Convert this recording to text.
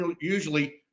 usually